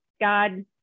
God